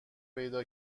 پیدا